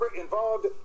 involved